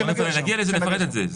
אנחנו נגיע לזה ונפרט את זה.